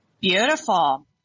Beautiful